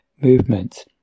movement